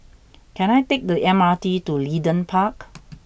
can I take the M R T to Leedon Park